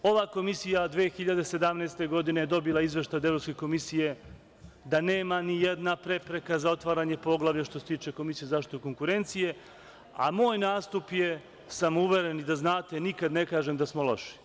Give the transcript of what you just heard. Ova komisija je 2017. godine je dobila izveštaj od Evropske komisije da nema ni jedna prepreka za otvaranje poglavlja što se tiče Komisije za zaštitu konkurencije, a moj nastup je samouveren, i da znate, nikada ne kažem da smo loši.